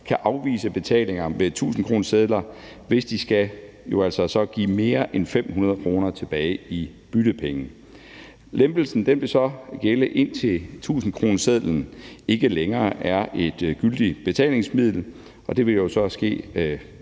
kan afvise betalinger med 1.000-kronesedler, hvis de skal give mere end 500 kr. tilbage i byttepenge. Lempelsen vil gælde, indtil 1.000-kronesedlen ikke længere er et gyldigt betalingsmiddel. Indtil den 1.